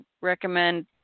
recommend